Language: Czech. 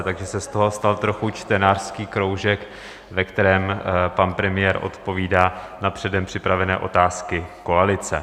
Takže se z toho stal trochu čtenářský kroužek, ve kterém pan premiér odpovídá na předem připravené otázky koalice.